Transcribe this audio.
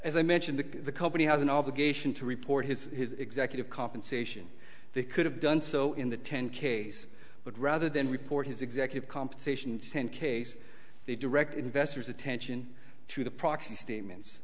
as i mentioned the company has an obligation to report his executive compensation they could have done so in the ten case but rather than report his executive compensation ten case they direct investors attention to the proxy statements